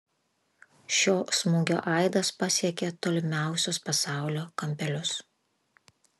šio smūgio aidas pasiekė tolimiausius pasaulio kampelius